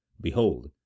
Behold